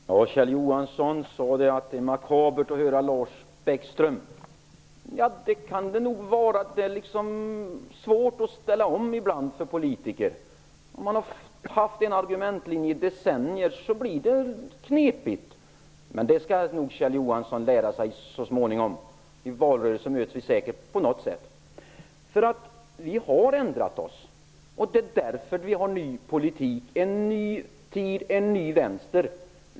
Herr talman! Kjell Johansson sade att det var makabert att höra Lars Bäckström. Ja, det kan det nog vara. För politiker är det ibland svårt att ställa om. Om man har haft en argumentationslinje i decennier blir det knepigt när någon ändrar sig. Men det skall nog Kjell Johansson lära sig så småningom. I valrörelsen möts vi säkert på något sätt. Vi har ändrat oss, och det är därför vi har ny politik: en ny tid -- en ny vänster.